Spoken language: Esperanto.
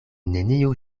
neniu